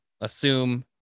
assume